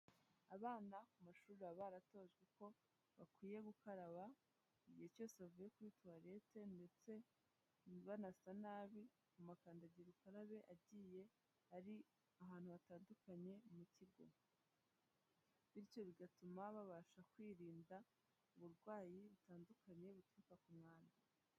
Abana ku mashuri baba baratojwe ko bakwiye gukaraba igihe cyose avuye kuri toilette ndetse banasa nabi, amakandagira ukarabe agiye ari ahantu hatandukanye mu kigo. Bityo bigatuma babasha kwirinda uburwayi butandukanye buturuka ku mwanda.